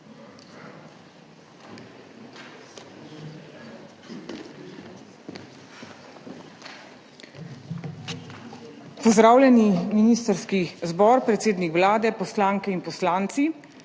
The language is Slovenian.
Pozdravljeni ministrski zbor, predsednik Vlade, poslanke in poslanci!